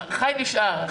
הח"י נשאר.